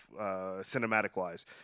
cinematic-wise